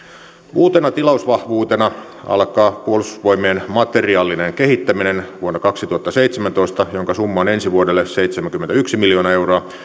uutena tilausvahvuutena alkaa puolustusvoimien materiaalinen kehittäminen vuonna kaksituhattaseitsemäntoista jonka summa on ensi vuodelle seitsemänkymmentäyksi miljoonaa euroa